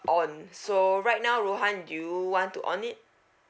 on so right now rohan do you want to on it